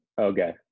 Okay